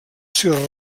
ser